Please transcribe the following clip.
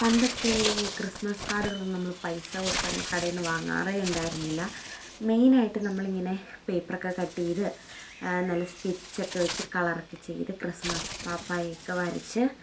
പണ്ടൊക്കെ ഈ ക്രിസ്മസ് കാർഡുകളൊന്നും നമ്മൾ പൈസ കൊടുത്ത് അങ്ങനെ കടയിൽ നിന്ന് വാങ്ങാറേ ഉണ്ടായിരുന്നില്ല മെയിനായിട്ട് നമ്മൾ ഇങ്ങനെ പേപ്പറൊക്കെ കട്ട് ചെയ്ത് നല്ല സ്കെച്ച് ഒക്കെ വെച്ച് കളർ ഒക്കെ ചെയ്ത് ക്രിസ്മസ് പാപ്പയെ ഒക്കെ വരച്ച്